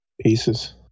pieces